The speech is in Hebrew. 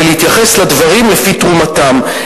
ולהתייחס לדברים לפי תרומתם.